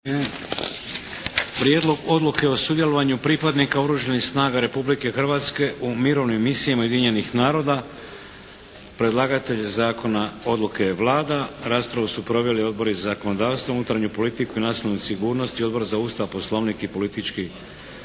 Prijedlog odluke o sudjelovanju pripadnika Oružanih snaga Republike Hrvatske u mirovnim misijama Ujedinjenih naroda Predlagatelj odluke je Vlada. Raspravu su proveli Odbori za zakonodavstvo, unutarnju politiku i nacionalnu sigurnost i Odbor za Ustav, Poslovnik i politički